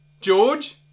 George